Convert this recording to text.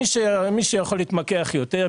מי שיכול להתמקח יותר,